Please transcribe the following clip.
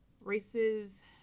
races